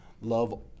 love